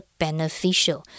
beneficial